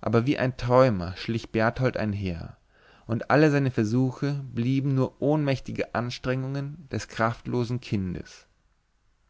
aber wie ein träumer schlich berthold einher und alle seine versuche blieben nur ohnmächtige anstrengungen des kraftlosen kindes